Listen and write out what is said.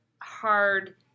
hard